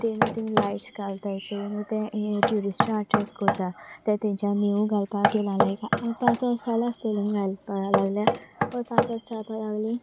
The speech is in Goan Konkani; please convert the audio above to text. ते न्हू तींग लायट्स घालतायचे न्हू तें ट्युरिस्टू अट्रेक्ट करता तें तेंच्या न्यू घालपाक येलां लायक पांच वर्सां जलो आसतली घालपा लागल्या हय पांच वर्सां जावपा लागलीं